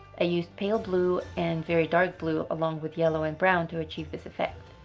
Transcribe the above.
ah used pale blue and very dark blue along with yellow and brown to achieve this effect,